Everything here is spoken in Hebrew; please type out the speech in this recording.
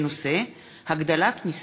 היום ג' בטבת תשע"ו,